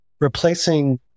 replacing